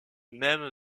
même